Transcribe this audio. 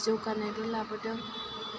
जौगानायबो लाबोदों